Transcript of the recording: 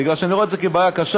בגלל שאני רואה את זה כבעיה קשה.